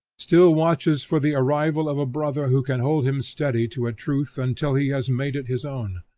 still watches for the arrival of a brother who can hold him steady to a truth until he has made it his own.